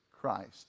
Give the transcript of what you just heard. Christ